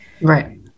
Right